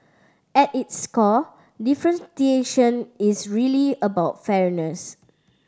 at is core differentiation is really about fairness